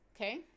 Okay